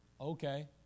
Okay